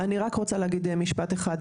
אני רק רוצה להגיד משפט אחד,